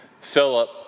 Philip